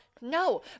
no